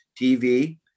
TV